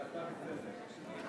הדיבור.